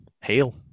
Hail